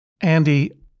Andy